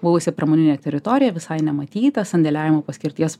buvusi pramoninė teritorija visai nematyta sandėliavimo paskirties